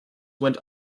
went